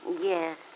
Yes